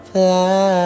Fly